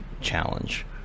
challenge